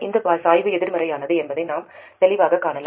இந்த சாய்வு எதிர்மறையானது என்பதை நாம் தெளிவாகக் காணலாம்